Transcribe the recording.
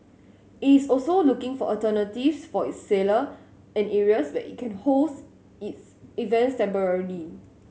it's also looking for alternatives for its sailor and areas where it can holds its events temporarily